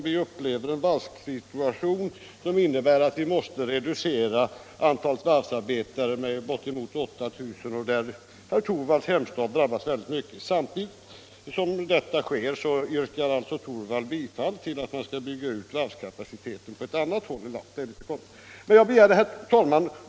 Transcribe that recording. Vi upplever en situation där antalet varvsarbetare måste reduceras med 8 000, något som herr Torwalds hemstad kommer att drabbas av. Samtidigt som detta sker yrkar herr Torwald att varvskapaciteten skall byggas ut på ett annat håll i landet. Herr talman!